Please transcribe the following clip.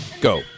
Go